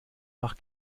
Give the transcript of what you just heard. nach